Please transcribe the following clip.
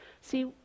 See